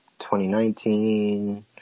2019